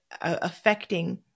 affecting